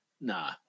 nah